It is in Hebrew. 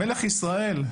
מלך ישראל.